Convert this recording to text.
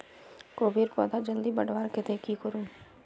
कोबीर पौधा जल्दी बढ़वार केते की करूम?